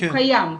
הוא קיים.